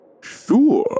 sure